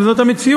אבל זאת המציאות.